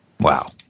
Wow